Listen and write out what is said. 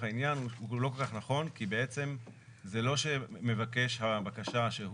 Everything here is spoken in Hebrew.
העניין הוא לא כל-כך נכון כי זה לא שמבקש הבקשה,